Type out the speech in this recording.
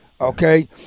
okay